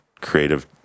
creative